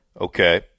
Okay